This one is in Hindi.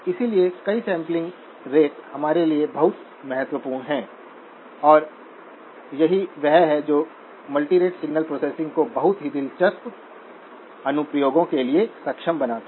इसलिए कई सैंपलिंग रेट हमारे लिए बहुत महत्वपूर्ण हैं और यही वह है जो मल्टीरेट सिग्नल प्रोसेसिंग को बहुत ही दिलचस्प अनुप्रयोगों के लिए सक्षम बनाता है